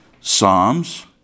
psalms